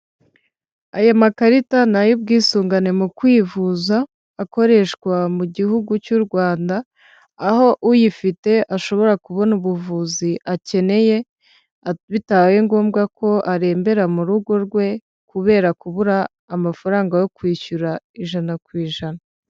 Aya makarita ni ay'ubwisungane mu kwivuza akoreshwa mu gihugu cy'u Rwanda, aho uyifite ashobora kubona ubuvuzi akeneye bitabaye ngombwa ko arembera mu rugo rwe kubera kubura amafaranga yo kwishyura ijana ku ijana.